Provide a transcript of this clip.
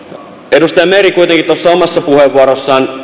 edustaja meri kuitenkin tuossa omassa puheenvuorossaan